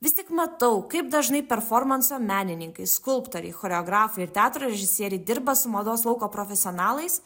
vis tik matau kaip dažnai performanso menininkai skulptoriai choreografai ir teatro režisieriai dirba su mados lauko profesionalais